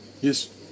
yes